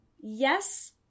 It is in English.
yes